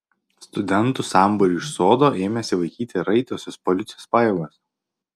studentų sambūrį iš sodo ėmėsi vaikyti raitosios policijos pajėgos